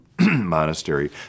monastery